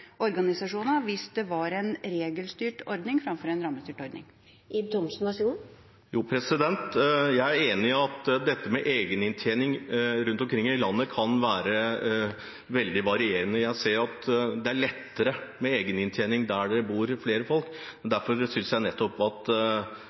hvis det var en regelstyrt ordning framfor en rammestyrt ordning. Jo, jeg er enig i at dette med egeninntjening rundt omkring i landet kan være veldig varierende. Jeg ser at det er lettere med egeninntjening der det bor flere folk. Derfor synes jeg nettopp at